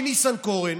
מי ייתן שנדע ימים